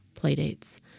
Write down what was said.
playdates